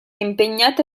impegnata